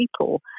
people